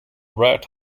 rat